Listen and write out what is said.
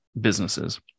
businesses